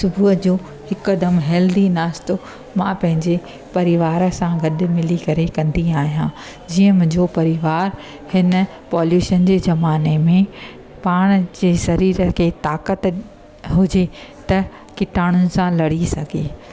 सुबुह जो हिकदमि हैल्दी नास्तो मां पंहिंजे परिवार सां गॾु मिली करे कंदी आहियां जीअं मुंहिंजो परिवार हिन पॉल्युशन जे ज़माने में पाण जे सरीर खे ताक़त हुजे त कीटाणुनि सां लड़ी सघे